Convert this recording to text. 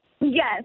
Yes